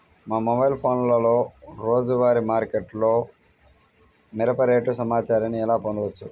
మా మొబైల్ ఫోన్లలో రోజువారీ మార్కెట్లో మిరప రేటు సమాచారాన్ని ఎలా పొందవచ్చు?